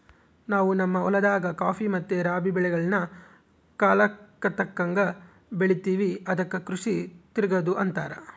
ನಾವು ನಮ್ಮ ಹೊಲದಾಗ ಖಾಫಿ ಮತ್ತೆ ರಾಬಿ ಬೆಳೆಗಳ್ನ ಕಾಲಕ್ಕತಕ್ಕಂಗ ಬೆಳಿತಿವಿ ಅದಕ್ಕ ಕೃಷಿ ತಿರಗದು ಅಂತಾರ